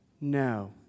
No